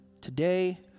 today